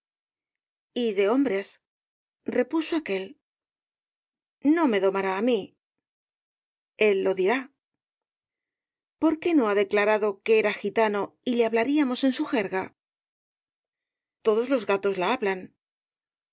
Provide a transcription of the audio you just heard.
de hombres repuso aquél no me domará á mí el lo dirá por qué no ha declarado que era gitano y le hablaríamos en su jerga todos los gatos la hablan